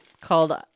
Called